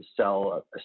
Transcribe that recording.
sell